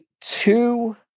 two